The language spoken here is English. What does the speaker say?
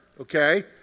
okay